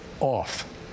off